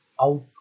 out